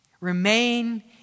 remain